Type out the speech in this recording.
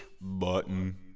Button